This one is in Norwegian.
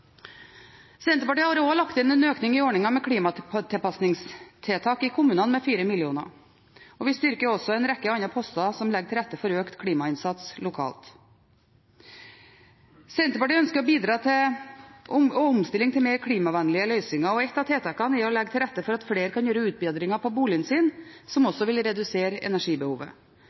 Senterpartiet har også lagt inn en økning i ordningen med klimatilpasningstiltak i kommunene med 4 mill. kr. Vi styrker også en rekke andre poster som legger til rette for økt klimainnsats lokalt. Senterpartiet ønsker å bidra til omstilling til mer klimavennlige løsninger. Et av tiltakene er å legge til rette for at flere kan gjøre utbedringer på boligen sin, som